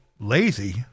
lazy